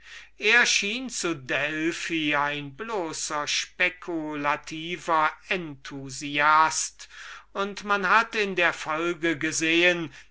schien zu delphi ein bloßer spekulativer enthusiast und man hat in der folge gesehen